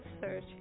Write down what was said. search